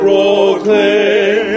Proclaim